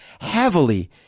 heavily